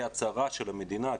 כהצהרה של המדינה,